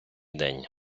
день